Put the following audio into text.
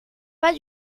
pas